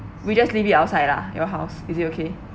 we just leave it outside ah your house is it okay